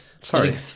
Sorry